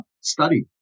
study